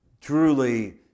truly